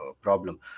problem